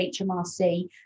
HMRC